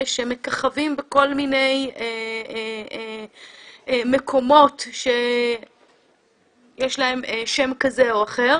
שמככבים בכל מיני מקומות שיש להם שם כזה או אחר